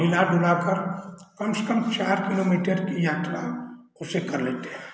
हिला डुला कर कम से कम चार किलोमीटर की यात्रा उससे कर लेते हैं